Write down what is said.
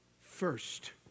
first